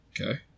Okay